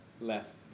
left